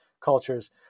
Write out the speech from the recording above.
cultures